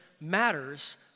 matters